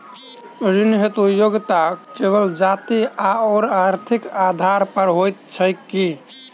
ऋण हेतु योग्यता केवल जाति आओर आर्थिक आधार पर होइत छैक की?